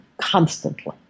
constantly